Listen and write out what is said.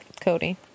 Cody